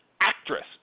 actress